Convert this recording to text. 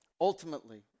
ultimately